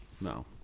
No